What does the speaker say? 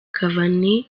cavani